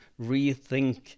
rethink